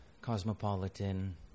Cosmopolitan